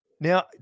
Now